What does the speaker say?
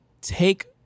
take